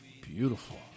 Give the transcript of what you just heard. Beautiful